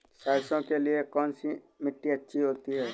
सरसो के लिए कौन सी मिट्टी अच्छी होती है?